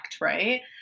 right